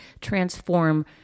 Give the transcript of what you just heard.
transform